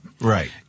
Right